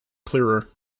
clearer